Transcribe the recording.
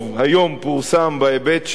פורסם בהיבט של,